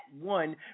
one